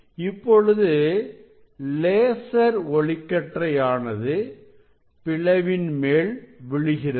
இப்பொழுது லேசர் ஒளிக்கற்றை ஆனது பிளவின் மேல் விழுகிறது